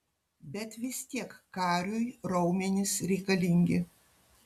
bet vis tiek kariui raumenys reikalingi